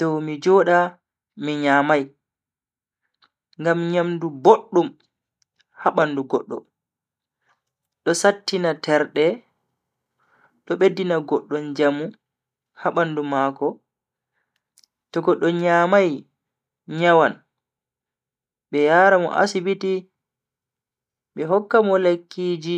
dow mi joda mi nyamai, ngam nyamdu boddum ha bandu goddo do sattina terde do beddina goddo njamu ha bandu mako. to goddo nyamai nyawan be yara mo asibiti be hokka mo lekkiji.